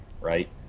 Right